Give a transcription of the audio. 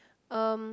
um